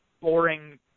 boring